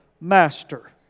master